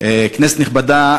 כנסת נכבדה,